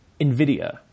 NVIDIA